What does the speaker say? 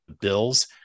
bills